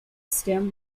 stem